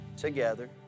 together